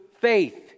faith